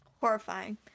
Horrifying